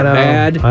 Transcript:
bad